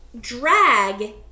drag